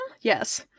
yes